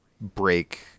break